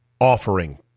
offering